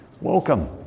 welcome